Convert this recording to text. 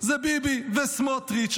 זה ביבי וסמוטריץ'.